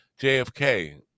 JFK